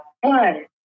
one